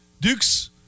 Duke's